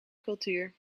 cultuur